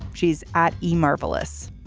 she's at e! marvelous.